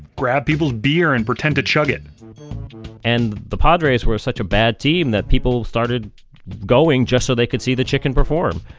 grab people's beer and pretend to chug it and the padres were such a bad team that people started going just so they could see the chicken perform,